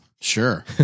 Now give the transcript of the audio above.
Sure